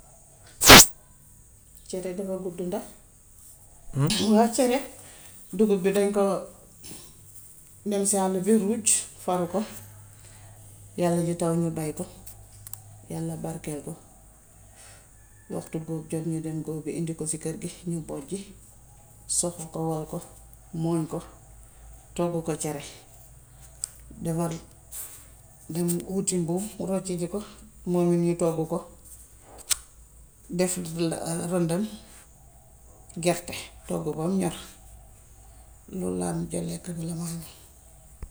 cere dafa gudd nag waaw cere dugub bi dan koo dem ci hàll bi ruuj, faru ko yàlla ji taw ñu bay ko. Yàlla barkeel ko. Waxtu góob jot ñu dem góobi indi ko si kër gi, ñu bojji, soq ko wol ko, mooñ ko, togg ko cere, defar dem huti mbuum rocci ji ko; moom it ñu toggu ko, def rëndëm gerte togg bam ñor lool laa mujja lekk ci.